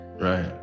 Right